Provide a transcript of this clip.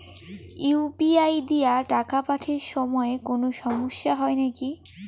UPI দিয়া টাকা পাঠের সময় কোনো সমস্যা হয় নাকি?